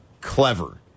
clever